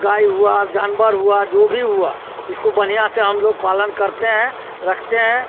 गाय हुआ जानवर हुआ जो भी हुआ इसको बढ़िया से हम लोग पालन करते हैं रखते हैं